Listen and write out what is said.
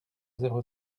zéro